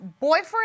boyfriend